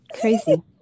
crazy